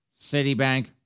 Citibank